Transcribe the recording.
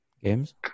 games